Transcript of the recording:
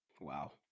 Wow